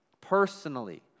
personally